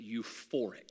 euphoric